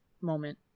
moment